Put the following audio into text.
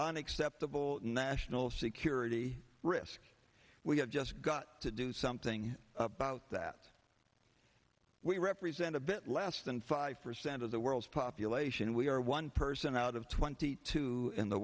unacceptable national security risk we have just got to do something about that we represent a bit less than five percent of the world's population we are one person out of twenty two in the